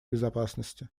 безопасности